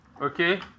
okay